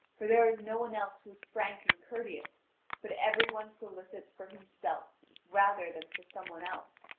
for there is no one else who is frank and courteous but every one solicits for himself rather than for some one else,